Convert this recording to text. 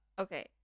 okay